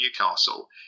Newcastle